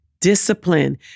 Discipline